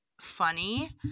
funny